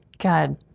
God